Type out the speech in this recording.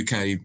UK